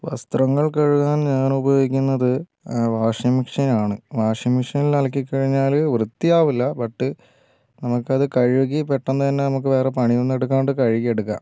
വസ്ത്രങ്ങൾ കഴുകാൻ ഞാൻ ഉപയോഗിക്കുന്നത് വാഷിംഗ് മിഷീൻ ആണ് വാഷിംഗ് മിഷീനിൽ അലക്കി കഴിഞ്ഞാൽ വൃത്തി ആവില്ല ബട്ട് നമുക്ക് അത് കഴുകി പെട്ടന്ന് തന്നെ നമുക്ക് വേറെ പണി ഒന്നും എടുക്കാണ്ട് കഴുകി എടുക്കാം